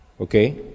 Okay